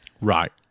Right